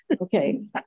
Okay